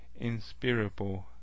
inspirable